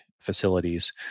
facilities